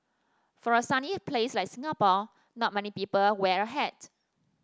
for a sunny place like Singapore not many people wear a hat